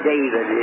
David